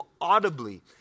audibly